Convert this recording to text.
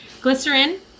glycerin